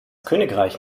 königreich